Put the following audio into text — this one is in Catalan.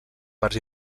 parts